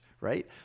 right